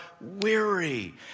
weary